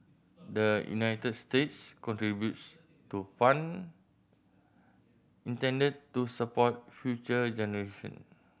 the United States contributes to fund intended to support future generation